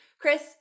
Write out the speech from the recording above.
Chris